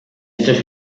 estos